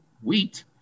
wheat